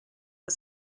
the